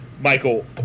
Michael